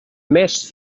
més